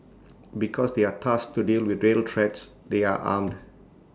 because they are tasked to deal with real threats they are armed